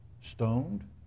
Stoned